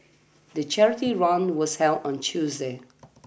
the charity run was held on Tuesday